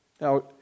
Now